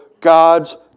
God's